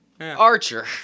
Archer